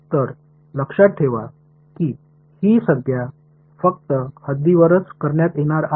तर लक्षात ठेवा की ही संज्ञा फक्त हद्दीवरच करण्यात येणार आहे